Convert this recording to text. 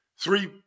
Three